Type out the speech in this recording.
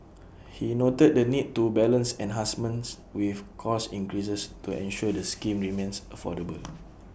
he noted the need to balance enhancements with cost increases to ensure the scheme remains affordable